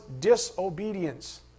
disobedience